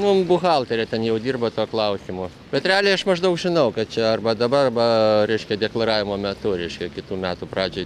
mum buhalterė ten jau dirba tuo klausimu bet realiai aš maždaug žinau kad čia arba dabar arba reiškia deklaravimo metu reiškia kitų metų pradžiai